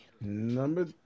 Number